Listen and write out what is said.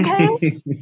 okay